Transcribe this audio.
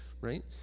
right